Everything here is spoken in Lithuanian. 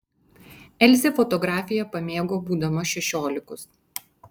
elzė fotografiją pamėgo būdama šešiolikos